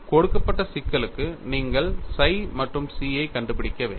கொடுக்கப்பட்ட சிக்கலுக்கு நீங்கள் psi மற்றும் chi ஐ கண்டுபிடிக்க வேண்டும்